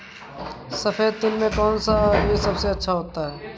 सफेद तिल में कौन सा बीज सबसे अच्छा होता है?